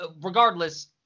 regardless